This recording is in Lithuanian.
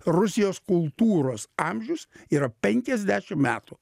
rusijos kultūros amžius yra penkiasdešim metų